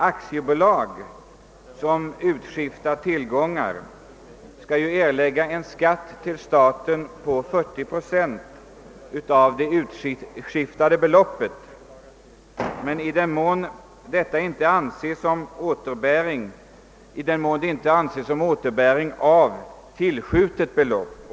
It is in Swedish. Aktiebolag som utskiftar tillgångar skall ju erlägga en skatt till staten på 40 procent av det utskiftade beloppet i den mån detta inte anses som återbäring av tillskjutet belopp.